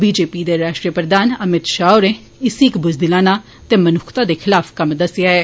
BJP दे राष्ट्री प्रधान अमित शाह होरें इसी इक ब्ज़दिलाना ते मनुक्खता दे खलाफ कम्म दस्सेआ ऐ